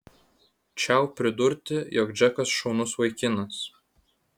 čiau pridurti jog džekas šaunus vaikinas